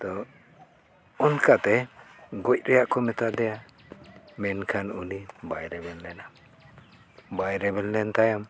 ᱛᱳ ᱚᱱᱠᱟᱛᱮ ᱜᱚᱡ ᱨᱮᱭᱟᱜ ᱠᱚ ᱢᱮᱛᱟ ᱫᱮᱭᱟ ᱢᱮᱱᱠᱷᱟᱱ ᱩᱱᱤ ᱵᱟᱭ ᱨᱮᱵᱮᱱ ᱞᱮᱱᱟ ᱵᱟᱭ ᱨᱮᱵᱮᱱ ᱞᱮᱱ ᱛᱟᱭᱟᱢ